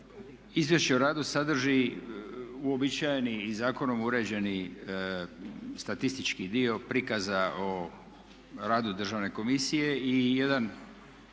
Izvješće o radu sadrži uobičajeni i zakonom uređeni statistički dio prikazao o radu Državne komisije i jedan